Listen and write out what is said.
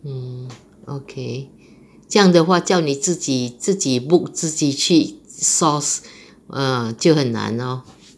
mm okay 这样的话叫你自己自己 booked 自己去 source err 就很难 lor